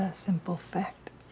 simple fact.